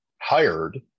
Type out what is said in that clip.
hired